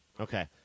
Okay